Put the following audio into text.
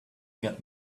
get